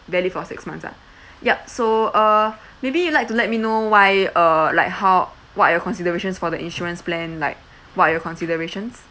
valid for six months ah yup so uh maybe you like to let me know why uh like how what are your considerations for the insurance plan like what are your considerations